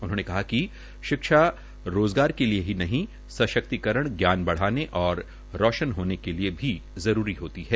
उन्होंने कहा कि शिक्षा रोजगार के लिए ही नहीं सशक्तिकरण ज्ञान बढाने और रोशन होने के लिए भी जरूरी होती है